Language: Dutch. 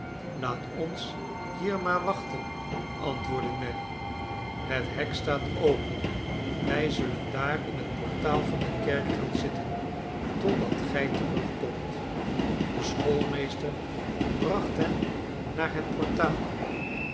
laat ons hier maar wachten antwoordde nelly het hek staat open wij zullen daar in het portaal van de kerk gaan zitten totdat gij terugkomt de schoolmeester bracht hen naar het portaal